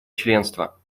членства